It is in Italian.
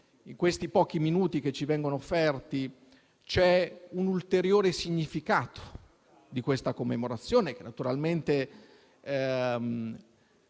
in questi pochi minuti che ci vengono offerti c'è però un ulteriore significato di questa commemorazione che naturalmente